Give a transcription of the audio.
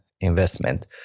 investment